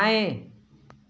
दाएँ